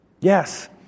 Yes